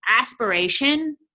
aspiration